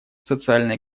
социально